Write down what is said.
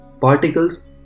Particles